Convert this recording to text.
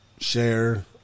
share